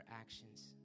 actions